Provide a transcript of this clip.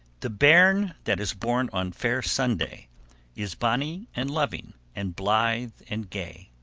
the bairn that is born on fair sunday is bonny and loving, and blithe and gay.